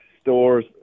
stores